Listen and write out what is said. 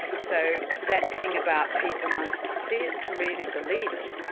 so that thing about people must see it to really believe it,